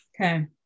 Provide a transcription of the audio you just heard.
okay